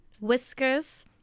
Whiskers